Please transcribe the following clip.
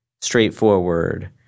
straightforward